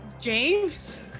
James